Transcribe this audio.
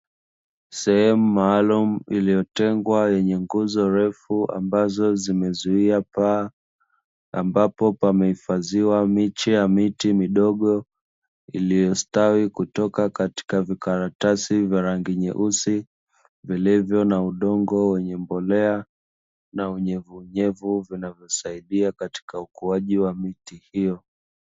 Sehemu maalum iliyotengwa yenu ambazo zimezuia paa ,Ambapo pamba hifadhiwa miche ya miti midogo Iliyostawi kutoka katika vikaratasi vya rangi nyeusi Tembelea Na unyevunyevu vinavyosaidia katika ukuaji wa miti hiyo